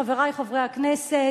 חברי חברי הכנסת,